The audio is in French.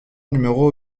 numéro